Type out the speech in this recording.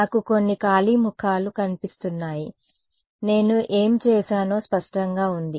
నాకు కొన్ని ఖాళీ ముఖాలు కనిపిస్తున్నాయి నేను ఏమి చేశానో స్పష్టంగా ఉంది